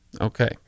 Okay